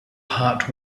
heart